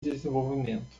desenvolvimento